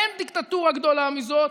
אין דיקטטורה גדולה מזאת.